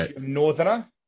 northerner